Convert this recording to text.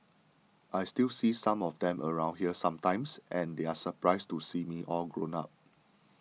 I still see some of them around here sometimes and they are surprised to see me all grown up